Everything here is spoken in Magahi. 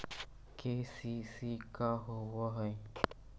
के.सी.सी का होव हइ?